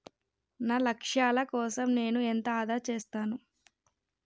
నా లక్ష్యాల కోసం నేను ఎంత ఆదా చేస్తాను?